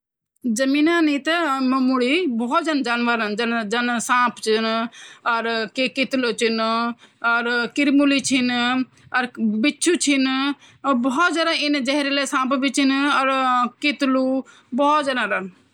पैंसिल का लकड़ी का शाफ्ट माँ ग्रेफाइड की लीड व्हंदि। जब पैंसिल से ल्योखदन तब लीड कागज पर चिपक जाँदु, और निशान बंड़ैं दयोंदु।